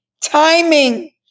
timing